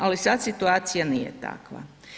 Ali sad situacija nije takva.